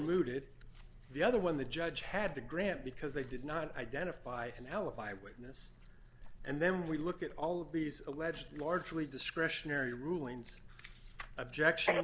looted the other one the judge had to grant because they did not identify an alibi witness and then we look at all of these alleged largely discretionary rulings objection